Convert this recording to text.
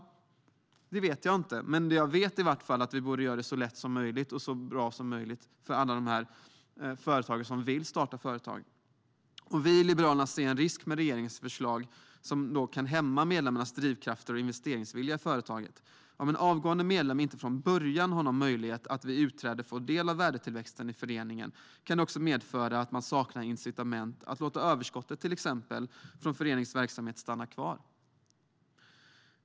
Det vet jag inte. Men jag vet i alla fall att vi borde göra det så lätt och så bra som möjligt för alla som vill starta företag. Vi i Liberalerna ser en risk med regeringens förslag som kan hämma medlemmarnas drivkrafter och investeringsvilja i företaget. Om en avgående medlem redan från början vet att man inte har någon möjlighet att vid utträde få del av värdetillväxten i föreningen kan det medföra att man saknar incitament att till exempel låta överskottet från föreningens verksamhet stanna kvar.